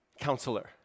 counselor